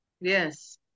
Yes